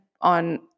on